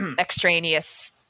extraneous